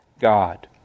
God